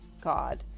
god